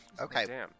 Okay